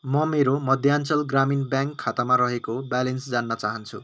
म मेरो मध्याञ्चल ग्रामीण ब्याङ्क खातामा रहेको ब्यालेन्स जान्न चाहन्छु